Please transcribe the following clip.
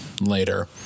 later